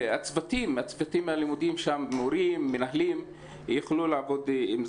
ושהצוותים הלימודיים יוכלו לעבוד.